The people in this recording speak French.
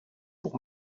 pour